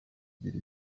igira